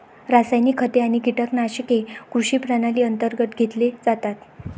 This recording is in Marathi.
रासायनिक खते आणि कीटकनाशके कृषी प्रणाली अंतर्गत घेतले जातात